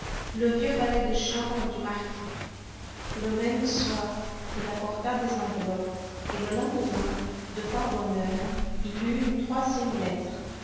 le vieux valet de chambre du marquis le même soir il apporta des enveloppes et le lendemain de fort bonne heure il eut une troisième lettre